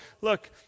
look